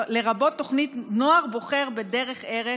לרבות תוכנית נוער בוחר בדרך כערך,